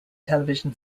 television